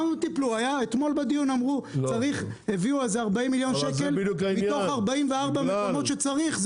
אתמול בדיון הביאו 40 מיליון שקל מתוך 44 מקומות שצריך,